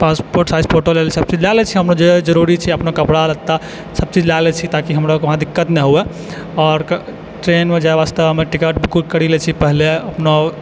passport size photo लऽ लै छी सबचीज लऽ लै छी हम जे जरूरी छै अपनो कपड़ा लत्ता सबचीज लऽ लै छी ताकि हमरो बादमे दिक्कत नहि हुअए आओर ट्रेनमे जाइ वास्ते टिकट बुक करि लै छी पहिले अपनो